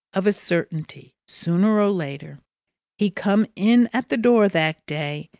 of a certainty sooner or later he come in at the door that day,